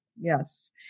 Yes